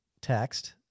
text